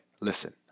Listen